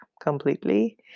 completely